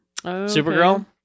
supergirl